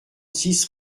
six